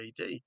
AD